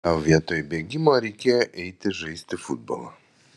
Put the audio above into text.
tau vietoj bėgimo reikėjo eiti žaisti futbolo